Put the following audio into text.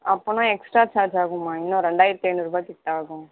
அப்போதுன்னா extra charge ஆகும்மா இன்னும் ரெண்டாயிரத்தி ஐநூறுபா கிட்டே ஆகும்